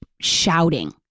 Shouting